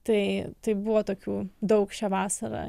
tai taip buvo tokių daug šią vasarą